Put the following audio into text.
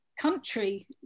country